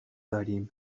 داریم